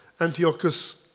Antiochus